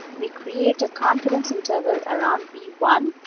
we create a confidence interval around b one,